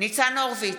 ניצן הורוביץ,